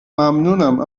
ممنونم